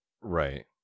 Right